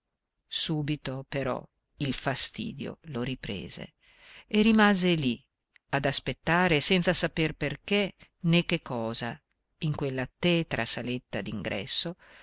subito però il fastidio lo riprese e rimase lì ad aspettare senza saper perché né che cosa in quella tetra saletta